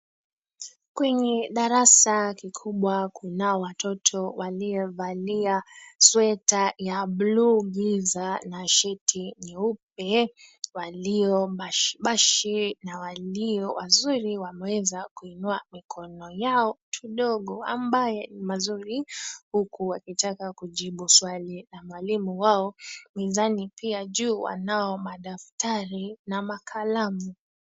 Kwenye darasa kikubwa kunao watoto waliovalia sweta ya buluu giza na shati nyeupe; walio bashi na walio wazuri wameweza kuinua mikono yao kidogo ambaye ni mazuri huku wakitaka kujibu swali la mwalimu wao. Mezani pia juu wanao madaftari na makalamu.